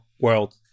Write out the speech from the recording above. world